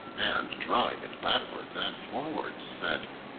and drawing it backwards and forwards said,